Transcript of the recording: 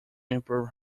improve